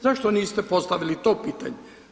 Zašto niste postavili to pitanje?